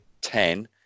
ten